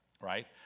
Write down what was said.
Right